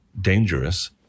dangerous